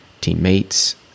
Teammates